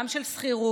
גם של שכירות,